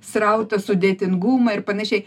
srautą sudėtingumą ir panašiai